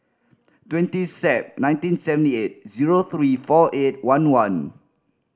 twenty Sep nineteen seventy eight zero three four eight one one